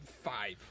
Five